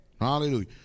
Hallelujah